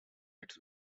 its